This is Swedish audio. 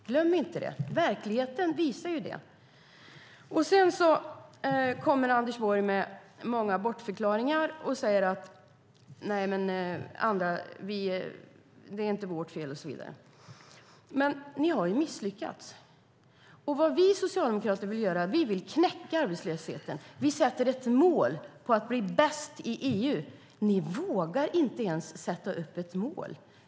Glöm inte det! Verkligheten visar det. Sedan kommer Anders Borg med många bortförklaringar. Han säger att det inte är deras fel och så vidare. Men ni har misslyckats. Vi socialdemokrater vill knäcka arbetslösheten. Vi sätter upp ett mål om att bli bäst i EU. Ni vågar inte ens sätta upp ett mål.